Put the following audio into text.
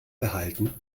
behalten